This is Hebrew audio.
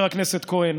חבר הכנסת כהן,